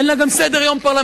אין לה גם סדר-יום פרלמנטרי,